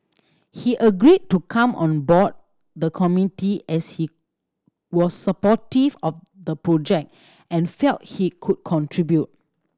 he agreed to come on board the committee as he was supportive of the project and felt he could contribute